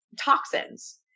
toxins